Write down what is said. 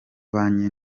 banki